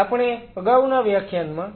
આપણે અગાઉના વ્યાખ્યાનમાં